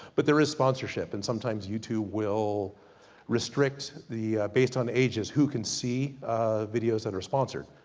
but there is sponsorship, and sometimes youtube will restrict the based on ages, who can see videos that are sponsored.